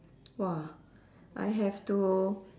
!wah! I have to